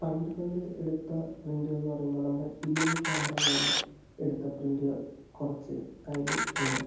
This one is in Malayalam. പണ്ട് പണ്ട് എടുത്ത പ്രിന്റുകൾ എന്ന് പറയുമ്പോൾ നമ്മുടെ ഫിലിം ക്യാമറകളിൽ എടുത്ത പ്രിന്റുകൾ കുറച്ച് കയ്യിൽ ഉണ്ട്